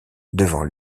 devant